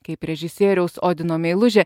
kaip režisieriaus odino meilužė